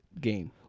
game